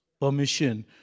permission